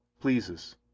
pleases